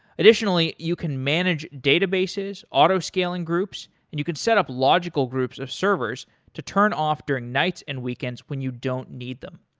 additionally, you can manage databases, auto scaling groups, and you can set up logical groups of servers to turn off during nights and weekends when you don't need them,